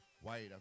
white